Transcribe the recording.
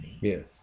Yes